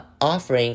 offering